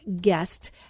guest